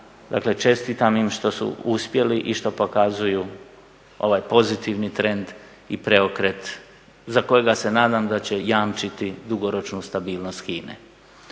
Dakle, čestitam im što su uspjeli i što pokazuju ovaj pozitivni trend i preokret za kojega se nadam da će jamčiti dugoročnu stabilnost HINA-e.